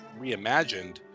reimagined